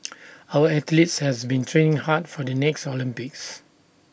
our athletes has been training hard for the next Olympics